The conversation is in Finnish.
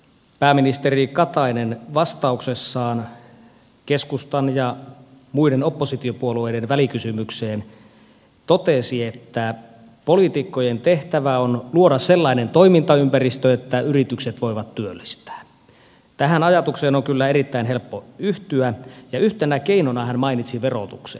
pääministeri katainen vastauksessaan keskustan ja muiden oppositiopuolueiden välikysymykseen totesi että poliitikkojen tehtävä on luoda sellainen toimintaympäristö että yritykset voivat työllistää tähän ajatukseen on kyllä erittäin helppo yhtyä ja yhtenä keinona hän mainitsi verotuksen